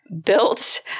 built